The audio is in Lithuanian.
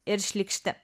ir šlykšti